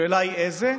השאלה היא איזה,